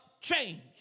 change